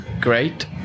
great